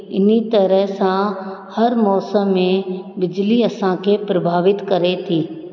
इन्ही तरह सां हर मौसम में बिजली असां खे प्रभावित करे थी